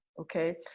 okay